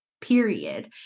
period